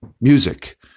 music